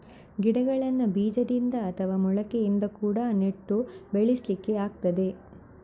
ಗಿಡಗಳನ್ನ ಬೀಜದಿಂದ ಅಥವಾ ಮೊಳಕೆಯಿಂದ ಕೂಡಾ ನೆಟ್ಟು ಬೆಳೆಸ್ಲಿಕ್ಕೆ ಆಗ್ತದೆ